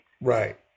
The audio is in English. Right